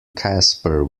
casper